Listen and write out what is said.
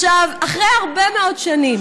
אחרי הרבה מאוד שנים